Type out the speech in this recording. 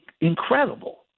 incredible